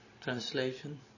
translation